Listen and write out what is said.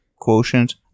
quotient